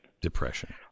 Depression